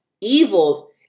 evil